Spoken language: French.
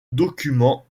documents